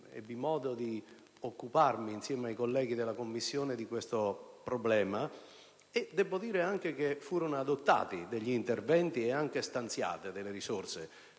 ebbi modo di occuparmi, insieme ai colleghi della Commissione, di tale problema. Debbo dire che in quell'occasione furono adottati degli interventi ed anche stanziate delle risorse